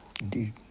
indeed